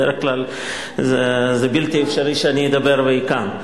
בדרך כלל זה בלתי אפשרי שאני אדבר והיא כאן.